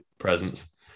presence